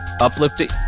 uplifting